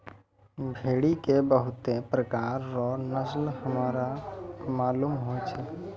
भेड़ी के बहुते प्रकार रो नस्ल हमरा मालूम छै